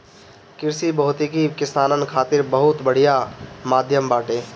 कृषि भौतिकी किसानन खातिर बहुत बढ़िया माध्यम बाटे